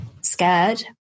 scared